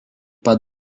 pat